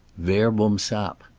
verbum sap.